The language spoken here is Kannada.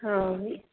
ಹಾಂ ಮಿ